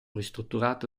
ristrutturato